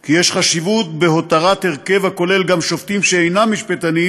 כי יש חשיבות בהותרת הרכב הכולל גם שופטים שאינם משפטנים,